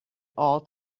all